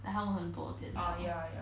like 他们很多间倒